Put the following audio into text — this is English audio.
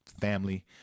family